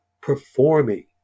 performing